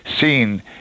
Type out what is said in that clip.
seen